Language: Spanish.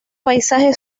paisaje